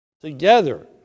Together